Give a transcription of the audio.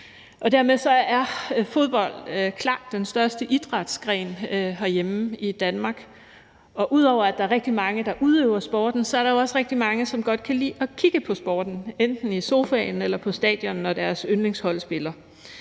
og dermed er fodbold klart den største idrætsgren herhjemme i Danmark, og ud over at der er rigtig mange, der udøver sporten, så er der også rigtig mange, som godt kan lide at kigge på sporten, enten i sofaen eller på stadion, når deres yndlingshold spiller.